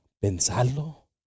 pensarlo